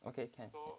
okay can